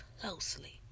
closely